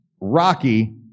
Rocky